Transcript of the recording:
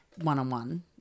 one-on-one